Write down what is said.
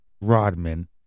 Rodman